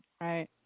Right